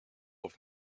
auf